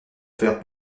fait